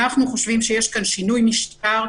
אנחנו חושבים שיש כאן שינוי משטר.